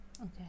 Okay